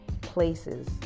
places